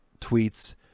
tweets